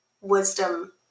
wisdom